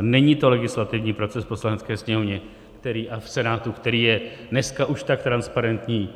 Není to legislativní proces v Poslanecké sněmovně a v Senátu, který je dneska už tak transparentní,